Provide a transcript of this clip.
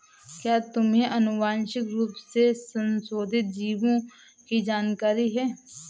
क्या तुम्हें आनुवंशिक रूप से संशोधित जीवों की जानकारी है?